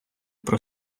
про